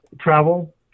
travel